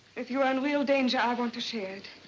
if you are in real danger i want to share it.